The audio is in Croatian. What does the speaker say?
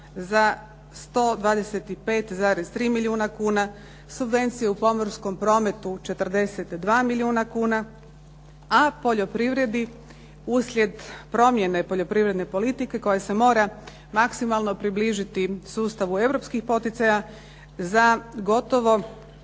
za 125,3 milijuna kuna, subvencije u pomorskom prometu 42 milijuna kuna, a poljoprivredi uslijed promjene poljoprivredne politike koja se mora maksimalno približiti sustavu europskih poticaja za gotovo